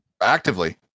Actively